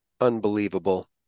Unbelievable